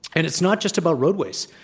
and it's not just about roadways.